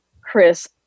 Chris